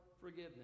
forgiveness